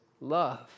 love